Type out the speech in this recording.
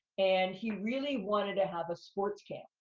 and he really wanted to have a sports camp.